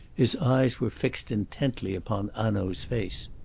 his eyes were fixed intently upon hanaud's face.